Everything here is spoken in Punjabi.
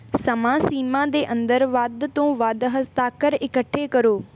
ਸਮਾਂ ਸੀਮਾ ਦੇ ਅੰਦਰ ਵੱਧ ਤੋਂ ਵੱਧ ਹਸਤਾਖਰ ਇਕੱਠੇ ਕਰੋ